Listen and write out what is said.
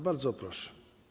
Bardzo proszę.